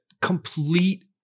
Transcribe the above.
Complete